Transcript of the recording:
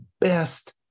best